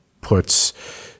puts